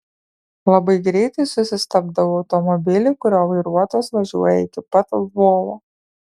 labai greitai susistabdau automobilį kurio vairuotojas važiuoja iki pat lvovo